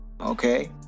Okay